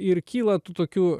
ir kyla tų tokių